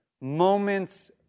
moments